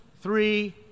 three